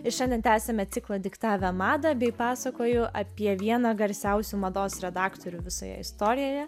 ir šiandien tęsiame ciklą diktavę madą bei pasakoju apie vieną garsiausių mados redaktorių visoje istorijoje